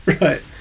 Right